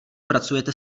pracujete